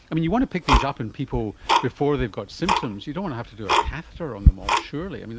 and you want to pick these up in people before they've got symptoms, you don't want to have to do a catheter on them all, surely?